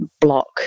block